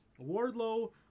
Wardlow